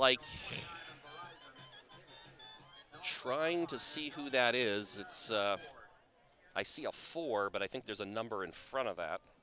like trying to see who that is it's i see all four but i think there's a number in front of that